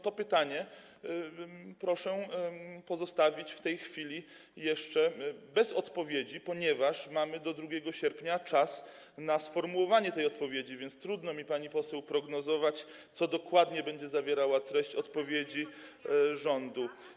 To pytanie muszę pozostawić w tej chwili jeszcze bez odpowiedzi, ponieważ do 2 sierpnia mamy czas na sformułowanie tej odpowiedzi, więc trudno mi, pani poseł, prognozować, co dokładnie będzie zawierała treść odpowiedzi rządu.